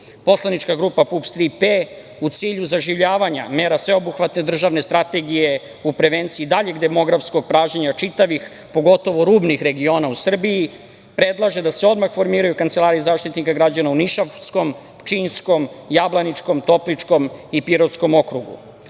sedišta. Poslanička grupa PUPS – „Tri P“ u cilju zaživljavanja mera sveobuhvatne državne strategije u prevenciji daljeg demografskog traženja čitavih, pogotovo rubnih regiona u Srbiji, predlaže da se odmah formiraju kancelarije Zaštitnika građana u Nišavskom, Pčinjskom, Jablaničkom, Topličkom i Pirotskom okrugu. Zbog